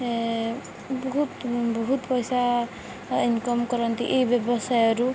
ବହୁତ ବହୁତ ପଇସା ଇନକମ୍ କରନ୍ତି ଏଇ ବ୍ୟବସାୟରୁ